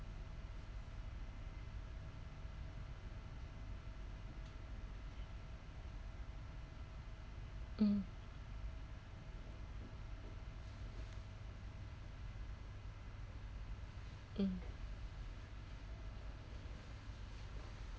mm mm